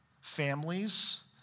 families